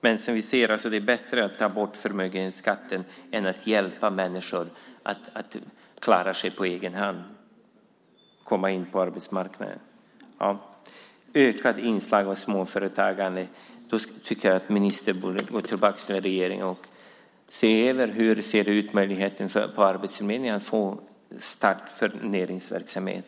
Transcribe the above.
Men det verkar vara bättre att ta bort förmögenhetsskatten än att hjälpa människor att klara sig på egen hand och komma in på arbetsmarknaden. När det gäller ökade inslag av småföretagande tycker jag att ministern borde gå tillbaka till regeringen och se över hur möjligheten ser ut på arbetsförmedlingen för att få starta näringsverksamhet.